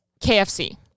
KFC